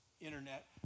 internet